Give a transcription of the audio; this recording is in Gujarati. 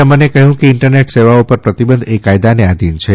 રમણે કહ્યુ કે ઈન્ટરનેટ સેવાઓ પર પ્રતિબંધ એ કાયદાને આધીન છે